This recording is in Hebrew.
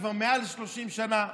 כבר מעל 30 שנה,